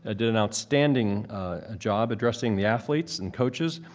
ah did an outstanding job addressing the athletes and coaches.